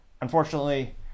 Unfortunately